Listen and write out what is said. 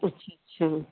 अच्छा अच्छा